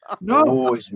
No